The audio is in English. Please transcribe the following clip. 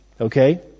okay